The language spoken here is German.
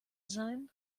sein